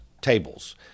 tables